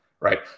Right